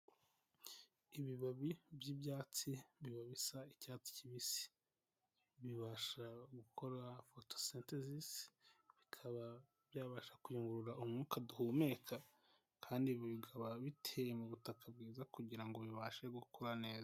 Ibibabi by'ibyatsi biba bisa icyatsi kibisi, bibasha gukora fotosentezisi, bikaba byabasha kuyungurura umwuka duhumeka, kandi bikaba biteye mu butaka bwiza kugira ngo bibashe gukura neza.